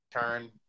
turn